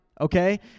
okay